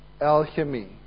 Alchemy